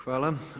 Hvala.